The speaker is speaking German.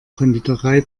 konditorei